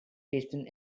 piston